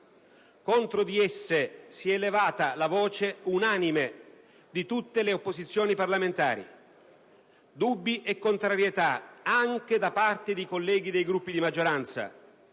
contro di esse si è levata la voce unanime di tutte le opposizioni parlamentari. Dubbi e contrarietà sono state espresse anche da parte di colleghi dei Gruppi di maggioranza,